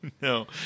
no